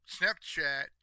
Snapchat